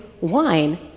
wine